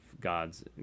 God's